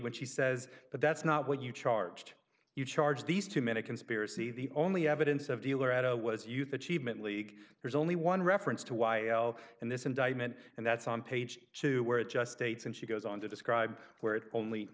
when she says that that's not what you charged you charge these two men a conspiracy the only evidence of dealer at zero was youth achievement league there's only one reference to y l in this indictment and that's on page two where it just states and she goes on to describe where it only